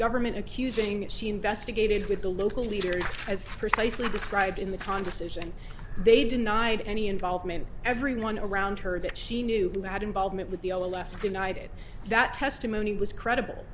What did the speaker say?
government accusing it she investigated with the local leaders as precisely described in the conversation they denied any involvement everyone around her that she knew who had involvement with the l f the night that testimony was credible